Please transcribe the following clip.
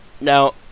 now